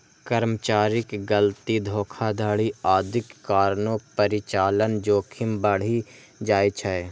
कर्मचारीक गलती, धोखाधड़ी आदिक कारणें परिचालन जोखिम बढ़ि जाइ छै